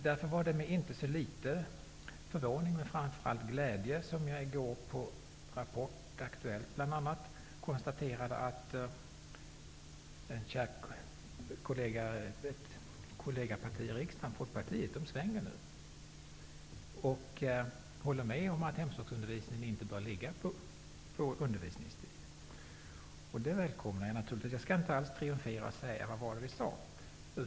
Därför var det inte med så liten förvåning, men framför allt med glädje, som jag i går när jag tittade på Rapport och Aktuellt bl.a. kunde konstatera att mina kära riksdagskolleger i Folkpartiet nu har svängt i frågan. De håller med om att hemspråksundervisningen inte bör ligga på ordinarie undervisningstid. Detta välkomnar jag naturligtvis. Jag skall inte alls triumfera genom att säga: Vad var det vi sade?